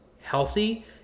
healthy